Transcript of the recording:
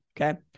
okay